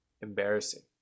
embarrassing